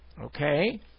Okay